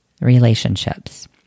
relationships